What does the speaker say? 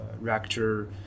reactor